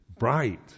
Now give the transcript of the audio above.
Bright